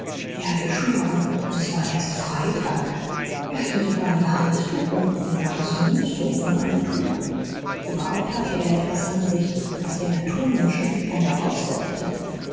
er hatte schuhe an und es war erst freitag er hatte sogar ein halstuch um ein wahres monstrum von einem tuch überhaupt hatte er etwas an sich was den naturmenschen in tom herausforderte